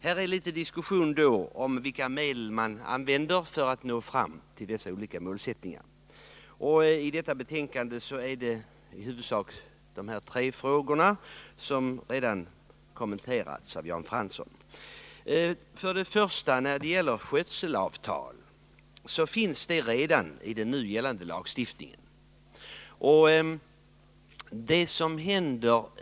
Här är alltså litet diskussion om vilka medel man skall använda för att uppnå dessa målsättningar. Betänkandet gäller i huvudsak de tre frågor som redan kommenterats av Jan Fransson. Skötselavtal finns i den nu gällande lagstiftningen.